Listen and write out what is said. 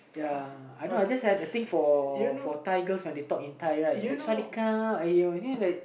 ya I know I just have a thing for for Thai girls when they talk in Thai right like sawadeekap you see like